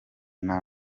nta